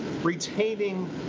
retaining